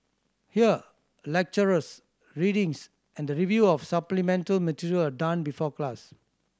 here lectures readings and the review of supplemental material are done before class